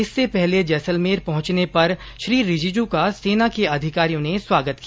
इससे पहले जैसलमेर पहुंचने पर श्री रिजीजू का सेना के अधिकारियों ने स्वागत किया